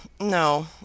No